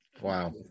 Wow